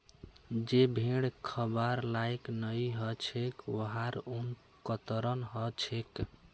जे भेड़ खबार लायक नई ह छेक वहार ऊन कतरन ह छेक